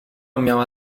miała